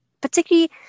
particularly